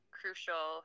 crucial